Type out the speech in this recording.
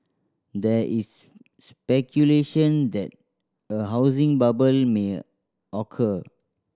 there is speculation that a housing bubble may occur